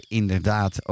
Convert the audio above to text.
inderdaad